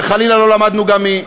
שחלילה לא למדנו גם מ-?